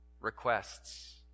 Requests